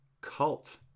cult